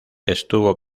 estuvo